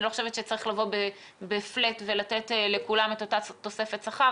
אני לא חושבת שצריך לבוא ב"פלט" ולתת לכולם את אותה תוספת שכר.